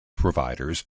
providers